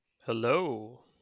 Hello